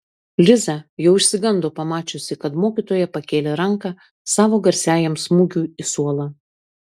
liza jau išsigando pamačiusi kad mokytoja pakėlė ranką savo garsiajam smūgiui į suolą